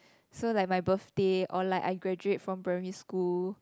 so like my birthday or like I graduate from primary school